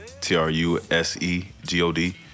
T-R-U-S-E-G-O-D